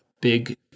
big